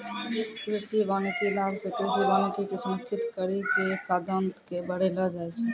कृषि वानिकी लाभ से कृषि वानिकी के सुनिश्रित करी के खाद्यान्न के बड़ैलो जाय छै